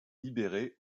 libérée